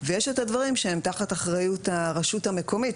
ויש את הדברים שהם תחת אחריות הרשות המקומית,